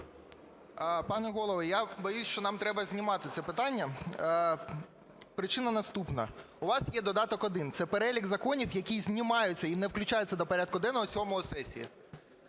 Пане Голово, я боюся, що нам треба знімати це питання. Причина наступна. У вас є додаток один, це перелік законів, які знімаються і не включаться до порядку денного сьомої сесії.